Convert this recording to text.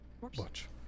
Watch